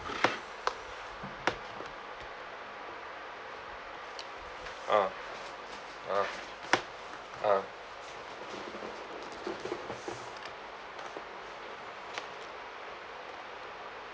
ah ah ah